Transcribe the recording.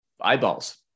eyeballs